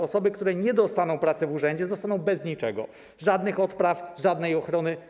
Osoby, które nie dostaną pracy w urzędzie, zostaną bez niczego - żadnych odpraw, żadnej ochrony.